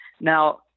Now